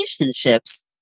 relationships